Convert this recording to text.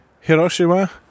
Hiroshima